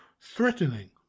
threatening